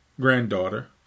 granddaughter